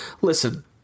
Listen